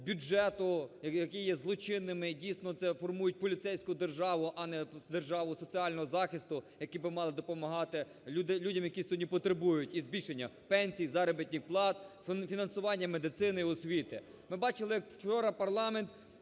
бюджету, які є злочинними, дійсно це формують поліцейську державу, а не державу соціального захисту, яка би мала допомагати людям, які сьогодні потребують і збільшення пенсій, заробітних плат, фінансування медицини і освіти. Ми бачили як вчора парламент